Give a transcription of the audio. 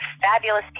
fabulous